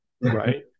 Right